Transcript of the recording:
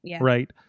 Right